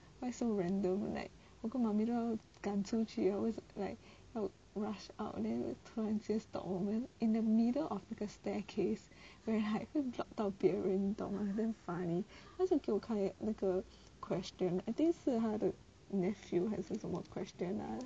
why so random like 我跟 mummy 都要赶出去 always like would rush out then 突然间 stop 我们 in the middle of the staircase where like 会 block 到别人懂吗 damn funny 而且给我看的那个 question I think 是他的 nephew 还是什么 question lah